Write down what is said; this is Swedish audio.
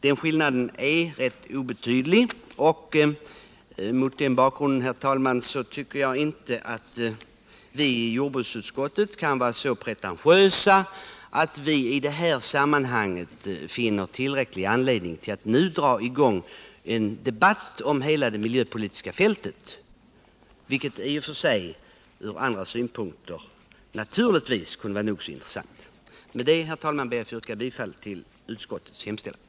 Den skillnaden är obetydlig, och mot den bakgrunden tycker jag inte att vi i jordbruksutskottet kan vara så pretentiösa att vi i det här sammanhanget finner tillräcklig anledning till att nu dra i gång en debatt om hela det miljöpolitiska fältet, vilket i och för sig ur andra synvinklar naturligtvis kan vara nog så intressant. Herr talman! Jag ber att få yrka bifall till utskottets hemställan.